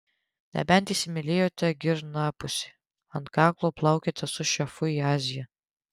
nebent įsimylėjote girnapusę ant kaklo plaukiate su šefu į aziją